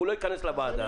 הוא לא ייכנס לוועדה הזאת.